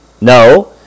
No